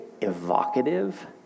evocative